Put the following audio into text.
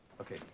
Okay